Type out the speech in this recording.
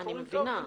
אנחנו אומרים: טוב,